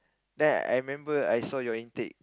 then I remember I saw your intake